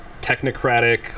technocratic